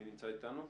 מי נמצא איתנו?